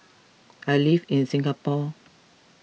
I live in Singapore